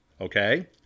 okay